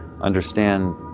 understand